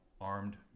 armed